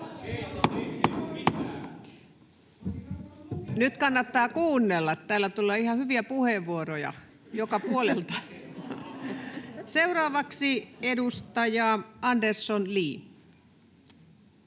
Nyt kannattaa kuunnella. Täällä tulee ihan hyviä puheenvuoroja, joka puolelta. — Seuraavaksi edustaja Andersson, Li.